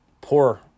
poor